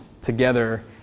together